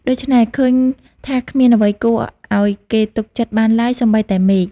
ដូច្នេះ ឃើញថាគ្មានអ្វីគួរឲ្យគេទុកចិត្តបានឡើយសូម្បីតែមេឃ ។